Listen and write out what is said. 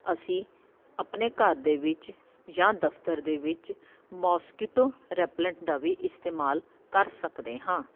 ਅਸੀਂ ਆਪਣੇ ਘਰ ਦੇ ਵਿੱਚ ਜਾਂ ਦਫ਼ਤਰ ਦੇ ਵਿੱਚ ਮਸਕੀਟੋ ਰੈਪਲੈਂਟ ਦਾ ਵੀ ਇਸਤੇਮਾਲ ਕਰ ਸਕਦੇ ਹਾਂ